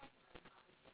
ya